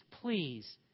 please